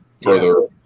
further